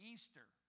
Easter